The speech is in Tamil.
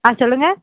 ஆ சொல்லுங்க